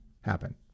happen